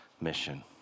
mission